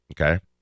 Okay